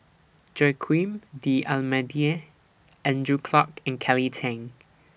Joaquim D'almeida Andrew Clarke and Kelly Tang